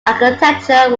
architecture